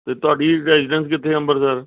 ਅਤੇ ਤੁਹਾਡੀ ਰੈਜੀਡੈਂਸ ਕਿੱਥੇ ਅੰਮ੍ਰਿਤਸਰ